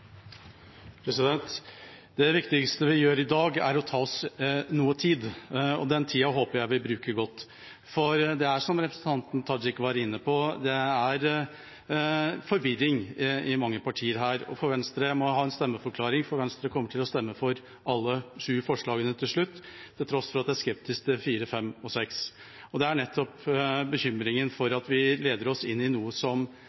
Det viktigste vi gjør i dag, er å ta oss noe tid, og den tida håper jeg vi bruker godt. For det er, som representanten Tajik var inne på, forvirring i mange partier her. Jeg må ha en stemmeforklaring, for Venstre kommer til å stemme for alle de sju forslagene til slutt, til tross for at jeg er skeptisk til forslagene nr. 4, 5 og